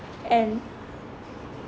and